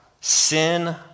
Sin